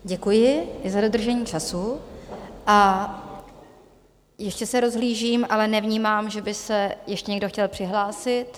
Děkuji i za dodržení času a ještě se rozhlížím, ale nevnímám, že by se ještě někdo chtěl přihlásit.